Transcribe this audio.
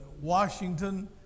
Washington